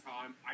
time